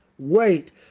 Wait